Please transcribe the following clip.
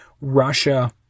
Russia